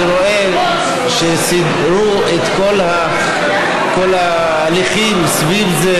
אני רואה שסידרו את כל ההליכים סביב זה,